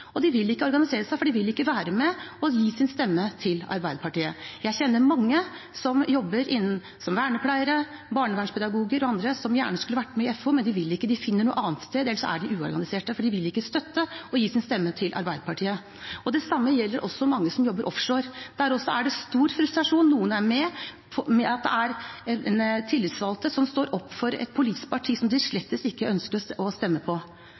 De vil ikke organisere seg, for de vil ikke være med og gi sin stemme til Arbeiderpartiet. Jeg kjenner mange som jobber som vernepleiere, som barnevernspedagoger og andre som gjerne skulle vært med i FO, men de vil ikke. De finner noe annet, eller så er de uorganiserte, for de vil ikke støtte og gi sin stemme til Arbeiderpartiet. Det samme gjelder mange som jobber offshore. Der er det også stor frustrasjon fordi det er tillitsvalgte som står opp for et politisk parti som de slett ikke ønsker å stemme på.